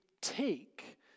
take